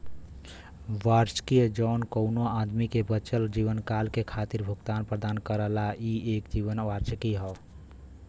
वार्षिकी जौन कउनो आदमी के बचल जीवनकाल के खातिर भुगतान प्रदान करला ई एक जीवन वार्षिकी हौ